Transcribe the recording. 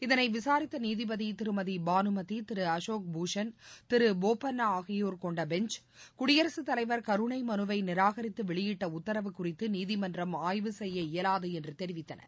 இதனை விசாரித்த நீதிபதி திருபதி பானுமதி திரு அசோக் பூஷன் திரு போபன்னா ஆகியோர் னொண்ட பெஞ்ச் குடியரசுத் தலைவர் கருணை மனுவை நிராகரித்து வெளியிட்ட உத்தரவு குறித்து நீதிமன்றம் ஆய்வு செய்ய இயலாது என்று தெரிவித்தனர்